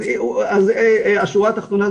אז השורה תחתונה,